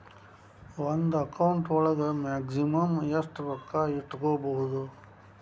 ಒಂದು ಅಕೌಂಟ್ ಒಳಗ ಮ್ಯಾಕ್ಸಿಮಮ್ ಎಷ್ಟು ರೊಕ್ಕ ಇಟ್ಕೋಬಹುದು?